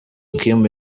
kim